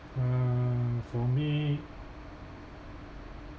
uh for me